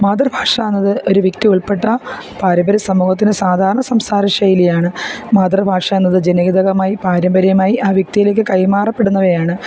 മാതൃഭാഷ എന്നത് ഒരു വ്യക്തി ഉൾപ്പെട്ട പാരമ്പര്യ സമൂഹത്തിന് സാധാരണ സംസാര ശൈലിയാണ് മാതൃഭാഷ എന്നത് ജനിതകമായി പാരമ്പര്യമായി ആ വ്യക്തിയിലേക്ക് കൈമാറപ്പെടുന്നവയാണ്